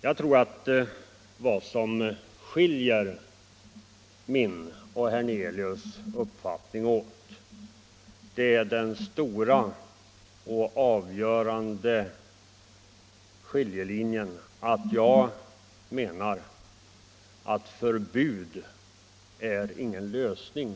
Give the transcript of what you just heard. Jag tror att den avgörande skillnaden mellan min och herr Hernelius uppfattning är den att jag menar att förbud inte är någon lösning